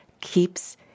keeps